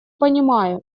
понимаю